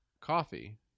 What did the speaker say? coffee